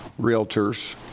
realtors